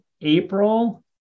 April